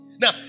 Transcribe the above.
Now